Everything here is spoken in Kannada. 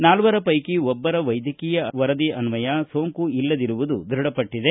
ನಾಲ್ವರ ಪೈಕಿ ಒಬ್ಬರ ವೈದ್ಯಕೀಯ ವರದಿ ಅನ್ವಯ ಸೋಂಕು ಇಲ್ಲದಿರುವುದು ದೃಢಪಟ್ಟದೆ